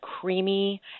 creamy